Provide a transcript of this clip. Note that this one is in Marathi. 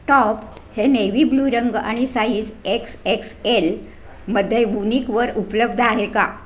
टॉप हे नेव्ही ब्लू रंग आणि साईज एक्स एक्स एल मध्ये वुनिकवर उपलब्ध आहे का